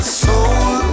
soul